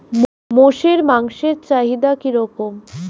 মোষের মাংসের চাহিদা কি রকম?